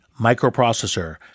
microprocessor